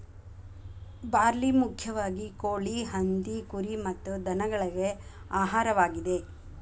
barley ಮುಖ್ಯವಾಗಿ ಕೋಳಿ, ಹಂದಿ, ಕುರಿ ಮತ್ತ ದನಗಳಿಗೆ ಆಹಾರವಾಗಿದೆ